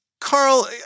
Carl